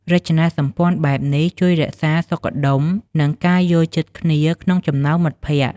រចនាសម្ព័ន្ធបែបនេះជួយរក្សាសុខដុម និងការយល់ចិត្តគ្នាក្នុងចំណោមមិត្តភក្ដិ។